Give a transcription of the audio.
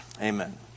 Amen